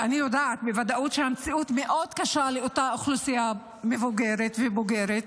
ואני יודעת בוודאות שהמציאות מאוד קשה לאותה אוכלוסייה מבוגרת ובוגרת,